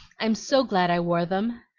i'm so glad i wore them!